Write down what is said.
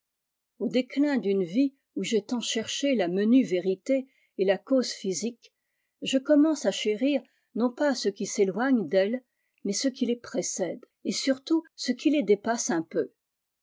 au déclin d'une vie où j'ai tant cherché la menue vérité et la cause physique je commence à chérir non pas ce qui éloigne d'elles mais ce qui les précède et surtout ce qui les dépasse un peu